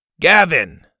Gavin